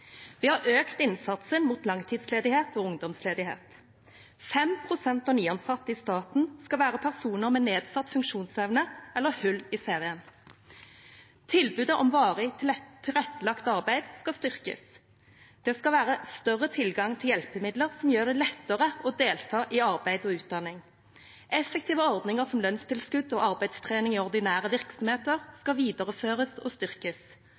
Vi har økt innsatsen mot langtidsledighet og ungdomsledighet. Fem prosent av nyansatte i staten skal være personer med nedsatt funksjonsevne eller hull i cv-en. Tilbudet om varig tilrettelagt arbeid skal styrkes. Det skal være større tilgang til hjelpemidler som gjør det lettere å delta i arbeid og utdanning. Effektive ordninger som lønnstilskudd og arbeidstrening i ordinære virksomheter skal videreføres og styrkes.